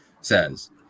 says